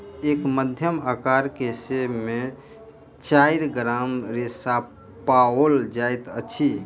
एक मध्यम अकार के सेब में चाइर ग्राम रेशा पाओल जाइत अछि